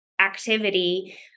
activity